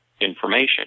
information